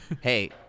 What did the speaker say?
Hey